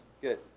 Good